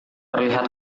terlihat